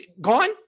gone